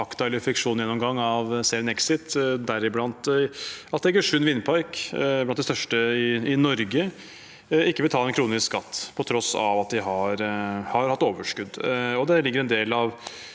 fakta eller fiksjon i tv-serien Exit, deriblant at Egersund vindpark, blant de største i Norge, ikke betaler en krone i skatt på tross av at de har hatt overskudd. Det ligger også en